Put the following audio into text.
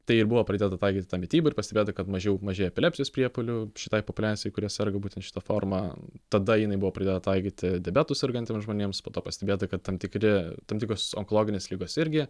tai ir buvo pradėta taikyti ta mityba ir pastebėta kad mažiau mažėja epilepsijos priepuolių šitai populiacijai kurie serga būtent šita forma tada jinai buvo pradėta taikyti diabetu sergantiem žmonėms po to pastebėta kad tam tikri tam tikros onkologinės ligos irgi